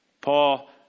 Paul